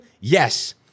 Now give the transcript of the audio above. yes